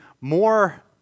more